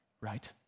right